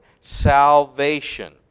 Salvation